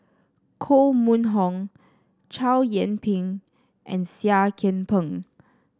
Koh Mun Hong Chow Yian Ping and Seah Kian Peng